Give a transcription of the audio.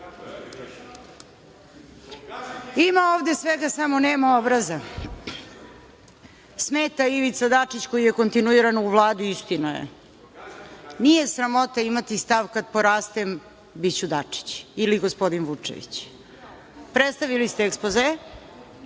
Ima ovde svega, samo nema obraza. Smeta Ivica Dačić koji je kontinuirano u Vladi, istina je. Nije sramota imati stav – kad porastem biću Dačić ili gospodin Vučević. Predstavili ste ekspoze,